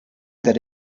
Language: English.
that